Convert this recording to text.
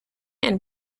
and